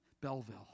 Belleville